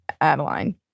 Adeline